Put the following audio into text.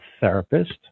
therapist